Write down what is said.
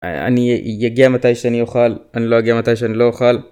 אני אגיע מתי שאני אוכל, אני לא אגיע מתי שאני לא אוכל